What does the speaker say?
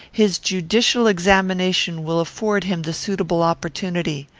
his judicial examination will afford him the suitable opportunity.